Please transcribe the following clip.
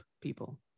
people